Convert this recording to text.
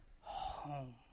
home